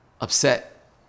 upset